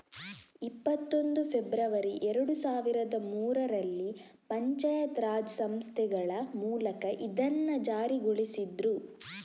ಇಪ್ಪತ್ತೊಂದು ಫೆಬ್ರವರಿ ಎರಡು ಸಾವಿರದ ಮೂರರಲ್ಲಿ ಪಂಚಾಯತ್ ರಾಜ್ ಸಂಸ್ಥೆಗಳ ಮೂಲಕ ಇದನ್ನ ಜಾರಿಗೊಳಿಸಿದ್ರು